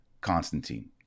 Constantine